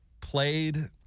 played